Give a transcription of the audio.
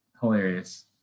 hilarious